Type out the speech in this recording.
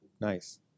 nice